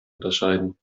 unterscheiden